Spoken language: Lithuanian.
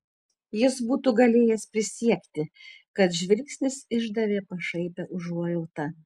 jis būtų galėjęs prisiekti kad žvilgsnis išdavė pašaipią užuojautą